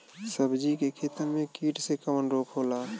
सब्जी के खेतन में कीट से कवन रोग होला?